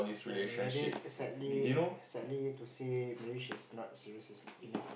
and maybe sadly sadly to say maybe she is not serious enough